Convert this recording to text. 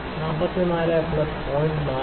44 plus 0